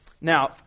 Now